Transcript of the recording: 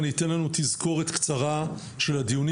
אני אתן לנו תזכורת קצרה של הדיונים